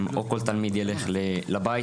או כל תלמיד ילך לבית,